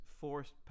forced